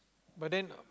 but then